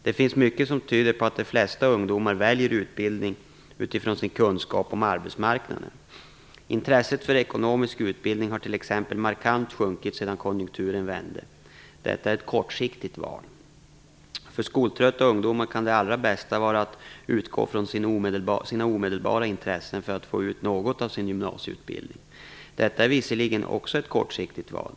Det finns mycket som tyder på att de flesta ungdomar väljer utbildning utifrån sin kunskap om arbetsmarknaden. Intresset för ekonomisk utbildning har t.ex. markant sjunkit sedan konjunkturen vände. Detta är då ett kortsiktigt val. För skoltrötta ungdomar kan det allra bästa vara att utgå från sina omedelbara intressen för att få ut något av sin gymnasieutbildning. Detta är visserligen också ett kortsiktigt val.